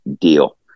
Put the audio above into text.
Deal